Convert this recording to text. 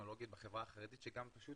טכנולוגית בחברה החרדית שגם פשוט